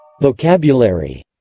Vocabulary